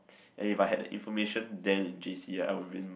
and if I had that information then in j_c I would've been